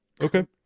Okay